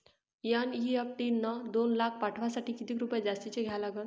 NEFT न दोन लाख पाठवासाठी किती रुपये जास्तचे द्या लागन?